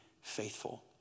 faithful